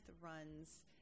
runs